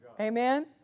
Amen